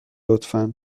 لطفا